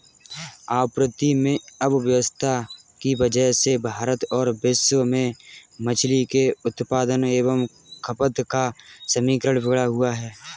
आपूर्ति में अव्यवस्था की वजह से भारत और विश्व में मछली के उत्पादन एवं खपत का समीकरण बिगड़ा हुआ है